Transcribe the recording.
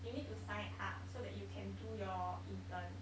you need to sign up so that you can do your intern